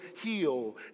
heal